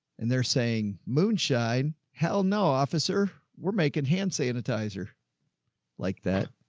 and they're saying, moonshine. hell no, officer, we're making hand sanitizer like that.